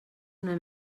una